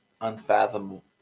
unfathomable